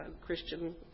Christian